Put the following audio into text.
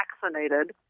vaccinated